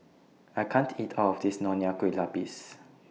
I can't eat All of This Nonya Kueh Lapis